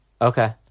Okay